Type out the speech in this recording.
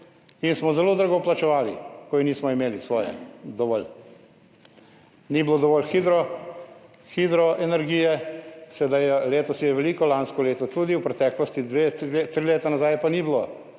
in smo zelo drago plačevali, ko nismo imeli svoje dovolj. Ni bilo dovolj hitro hidroenergije, letos je je veliko, lansko leto tudi, v preteklosti, dve, tri leta nazaj je pa ni bilo,